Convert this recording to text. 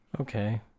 Okay